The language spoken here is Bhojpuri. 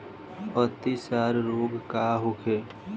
अतिसार रोग का होखे?